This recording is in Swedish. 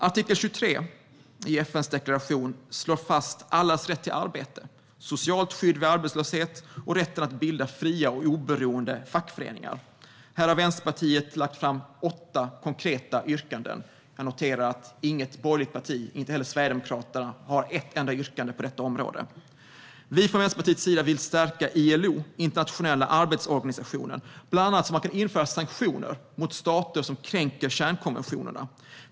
Artikel 23 i FN:s deklaration slår fast allas rätt till arbete, socialt skydd vid arbetslöshet och rätten att bilda fria och oberoende fackföreningar. Här har Vänsterpartiet lagt fram åtta konkreta yrkanden. Jag noterar att inget borgerligt parti, inte heller Sverigedemokraterna, har något enda yrkande på detta område. Från Vänsterpartiets sida vill vi stärka ILO, Internationella arbetsorganisationen, bland annat för att kunna införa sanktioner mot stater som kränker kärnkonventionerna.